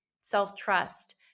self-trust